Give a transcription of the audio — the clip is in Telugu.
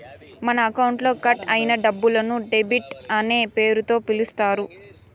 మన అకౌంట్లో కట్ అయిన డబ్బులను డెబిట్ అనే పేరుతో పిలుత్తారు